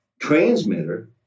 transmitter